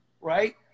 right